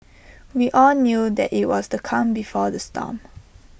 we all knew that IT was the calm before the storm